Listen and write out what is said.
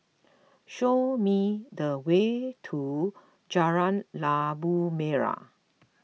show me the way to Jalan Labu Merah